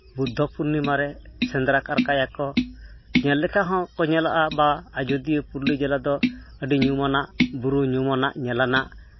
ᱵᱩᱫᱽᱫᱷᱚ ᱯᱩᱨᱱᱤᱢᱟ ᱨᱮ ᱥᱮᱸᱫᱽᱨᱟ ᱠᱟᱨᱠᱟᱭᱟᱠᱚ ᱧᱮᱞ ᱞᱮᱠᱷᱟᱱ ᱦᱚᱸ ᱧᱮᱞᱚᱜᱼᱟ ᱵᱟ ᱟᱡᱳᱫᱤᱭᱟᱹ ᱯᱩᱨᱩᱞᱤᱭᱟᱹ ᱡᱮᱞᱟᱫᱚ ᱟᱹᱰᱤ ᱧᱩᱢᱟᱱᱟᱜ ᱵᱩᱨᱩ ᱧᱩᱢᱟᱱᱟᱜ ᱧᱮᱞ ᱟᱱᱟᱜ